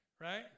right